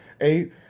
eight